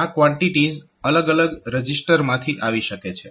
આ કવાન્ટીટીઝ અલગ અલગ રજીસ્ટરમાંથી આવી શકે છે